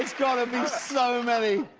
got to be so many.